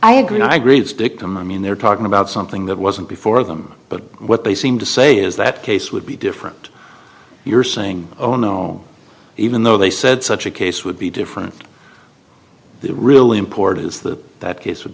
i agree i agree it's dictum i mean they're talking about something that wasn't before them but what they seem to say is that case would be different you're saying oh no even though they said such a case would be different the really important is that that case would